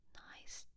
nice